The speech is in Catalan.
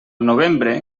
novembre